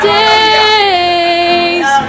days